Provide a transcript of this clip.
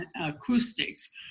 acoustics